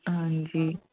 ਹਾਂਜੀ